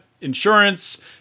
insurance